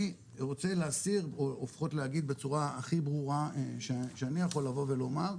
אני רוצה להסיר או לפחות להגיד בצורה הכי ברורה שאני יכול לומר,